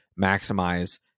maximize